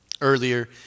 earlier